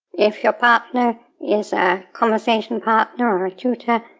if your partner is a conversation-partner or a tutor,